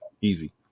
Easy